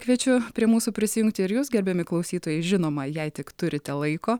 kviečiu prie mūsų prisijungti ir jus gerbiami klausytojai žinoma jei tik turite laiko